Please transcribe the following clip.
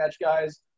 guys